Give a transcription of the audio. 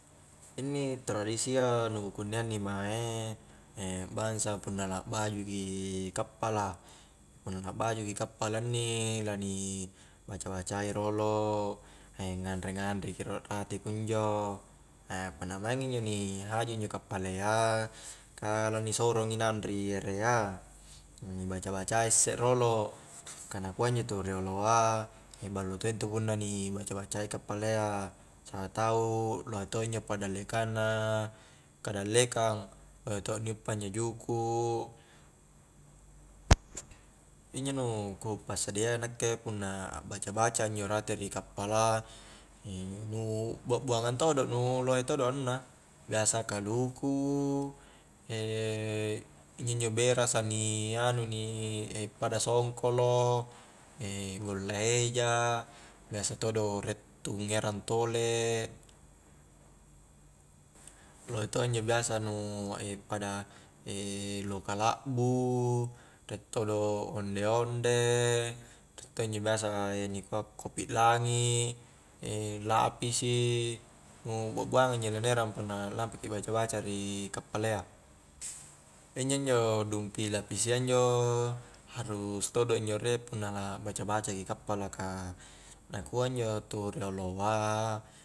Inni tradisia nu kunnia inni mae bangsa punna lakbaju ki kappala punna lakbaju ki kappala inni, lani baca-bacai rolo nganre-nganre ki rolo rate kunjo punna maing injo ni haju injo kappala iya ka la ni sorongi naung ri erea ni baca-bacai isse rolo ka nakua injo tu rioloa ballo to intu punna ni baca-baca i kappala iyya sapatau lohe to injo padallekang na kadallekang, lohe to' injo ni uppa njo juku' injo nu ku passadia iya nakke punna akbaca-baca a rate ri kappala nu bua'buangang todo' nu lohe todo' anunna biasa kaluku injo-njo berasa ni anu ni pada songkolo golla eja, biasa todo riek tu ngerang tolek lohe to' injo biasa nu pada loka lakbu riek todo' onde-onde riek to' injo biasa nikua kopi' langi' lapisi nu buak-buangang injo nu na erang punna lampa ki baca-baca ri kappalayya injo-njo dumpi lapisia injo harus todo' injo riek punna akbaca-baca ki kappala ka nakua injo tu rioloa